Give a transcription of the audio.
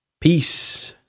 Peace